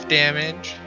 damage